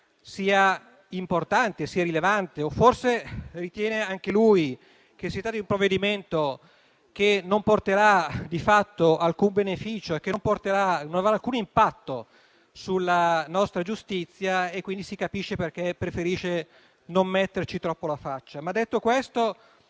sia importante, sia rilevante. Forse, ritiene anche lui che si tratti di un provvedimento che non porterà di fatto alcun beneficio e che non avrà alcun impatto sulla nostra giustizia. In tal caso si capirebbe perché preferisce non metterci troppo la faccia.